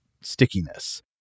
stickiness